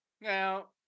Now